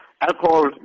alcohol